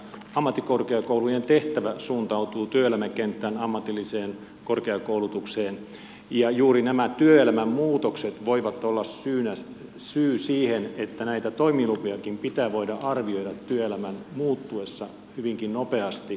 ammattikorkeakoulujen tehtävä suuntautuu työelämäkenttään ammatilliseen korkeakoulutukseen ja juuri nämä työelämän muutokset voivat olla syy siihen että näitä toimilupiakin pitää voida arvioida työelämän muuttuessa hyvinkin nopeasti